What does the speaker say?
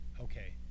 okay